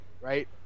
right